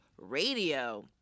Radio